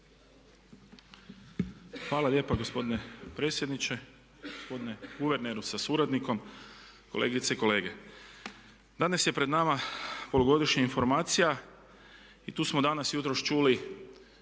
Hvala lijepa gospodine predsjedniče, gospodine guverneru sa suradnikom, kolegice i kolege. Danas je pred nama polugodišnja informacija i tu smo danas jutros čuli